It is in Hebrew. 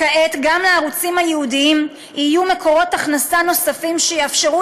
כעת גם לערוצים הייעודיים יהיו מקורות הכנסה נוספים שיאפשרו